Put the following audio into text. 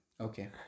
Okay